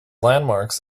landmarks